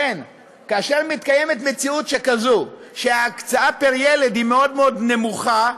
כאשר מתקיימת מציאות שכזאת שההקצאה פר ילד היא מאוד מאוד נמוכה,